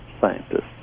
scientists